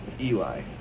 Eli